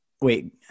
Wait